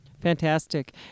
Fantastic